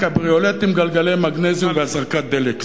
"קבריולט" עם גלגלי מגנזיום והזרקת דלק.